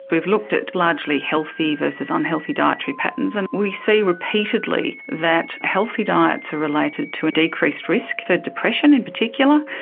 we've looked at largely healthy versus unhealthy dietary patterns, and we see repeatedly that healthy diets are related to a decreased risk for depression in particular,